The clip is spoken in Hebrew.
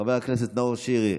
חבר הכנסת נאור שירי,